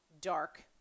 dark